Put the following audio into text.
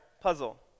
puzzle